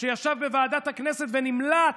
שישב בוועדת הכנסת ונמלט?